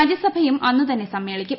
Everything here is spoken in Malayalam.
രാജ്യസഭയും അന്ന് തന്നെ സമ്മേളിക്കും